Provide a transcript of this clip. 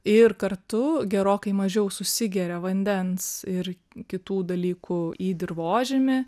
ir kartu gerokai mažiau susigeria vandens ir kitų dalykų į dirvožemį